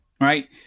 Right